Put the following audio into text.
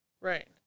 Right